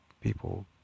people